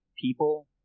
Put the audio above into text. people